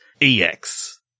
Ex